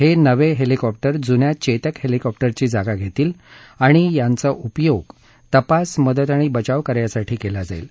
हे नवे हेलिकॉप्टर जुन्या चेतक हेलिकॉप्टरची जागा घेतील आणि यांचा उपयोग तपास मदत आणि बचाव कार्यासाठी केला जाईल